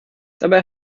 dabei